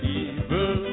evil